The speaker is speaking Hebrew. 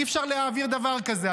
אי-אפשר להעביר דבר כזה.